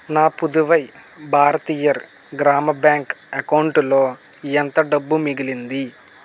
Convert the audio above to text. నా పుదువై భారతీయర్ గ్రామ బ్యాంక్ అకౌంటులో ఎంత డబ్బు మిగిలింది